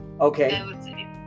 okay